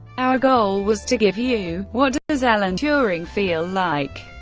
our goal was to give you what does alan turing feel like?